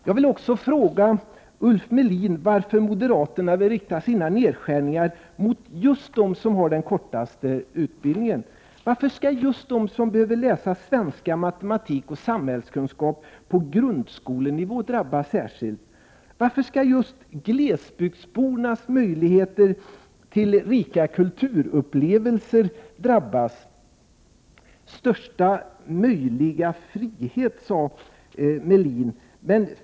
Jag vill också fråga Ulf Melin varför moderaterna vill rikta sina nedskärningar mot dem som har den kortaste utbildningen. Varför skall just de som behöver läsa svenska, matematik och samhällskunskap på grundskolenivå drabbas särskilt? Varför skall just glesbygdsbornas möjligheter till rika kulturupplevelser drabbas? Största möjliga frihet, sade Ulf Melin.